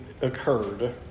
occurred